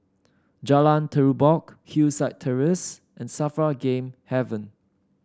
Jalan Terubok Hillside Terrace and Safra Game Haven